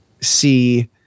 see